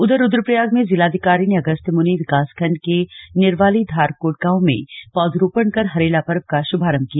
उधर रुद्रप्रयाग में जिलाधिकारी ने अगस्त्यमुनि विकासखण्ड के निरवाली धारकोट गांव में पौधरोपण कर हरेला पर्व का शुभारंभ किया